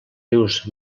rius